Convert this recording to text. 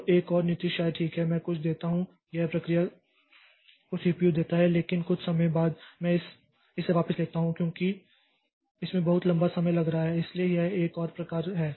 तो एक और नीति शायद ठीक है मैं कुछ देता हूं यह प्रक्रिया को सीपीयू देता है लेकिन कुछ समय बाद मैं इसे वापस लेता हूं क्योंकि इसमें बहुत लंबा समय लग रहा है इसलिए यह एक और प्रकार है